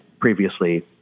previously